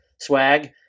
Swag